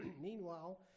Meanwhile